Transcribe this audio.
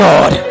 God